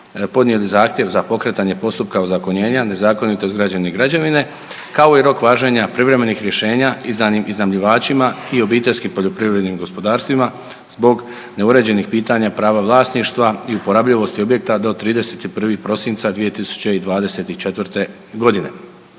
podnijeli zahtjev za pokretanje postupka ozakonjenja nezakonito izgrađene građevine kao i rok važenja privremenih rješenja izdanim iznajmljivačima i obiteljskim poljoprivrednim gospodarstvima zbog neuređenih pitanja prava vlasništva i uporabljivosti objekta do 31. prosinca 2024. godine.